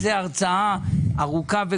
אפשר לתת על זה הרצאה ארוכה וגדולה,